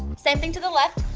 same thing to the left.